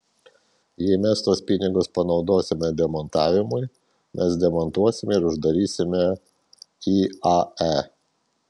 jei mes tuos pinigus panaudosime demontavimui mes demontuosime ir uždarysime iae